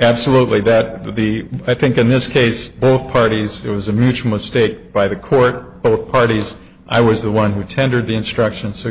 absolutely that the i think in this case both parties it was a mutual state by the court both parties i was the one who tendered the instructions so